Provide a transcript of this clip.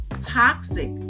Toxic